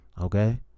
Okay